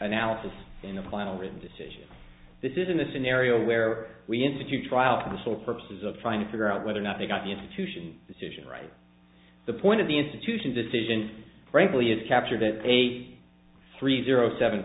analysis in the final written decision this is in the scenario where we institute trials for the sole purposes of trying to figure out whether or not they got the institution decision right the point of the institution decision frankly is captured a three zero seven